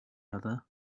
other